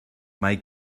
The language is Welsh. mae